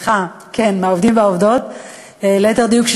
ליתר דיוק,